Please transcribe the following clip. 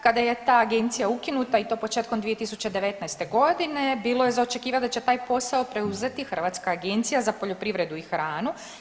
Kada je ta agencija ukinuta i to početkom 2019. godine bilo je za očekivati da će taj posao preuzeti Hrvatska agencija za poljoprivredu i hranu.